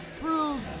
prove